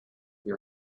your